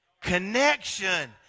Connection